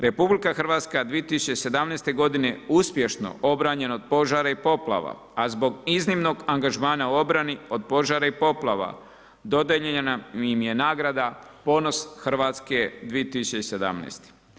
RH 2017. godine uspješno obranjena od požara i poplava, a zbog iznimnog angažmana u obrani od požara i poplava, dodijeljena im je nagrada Ponos Hrvatske 2017.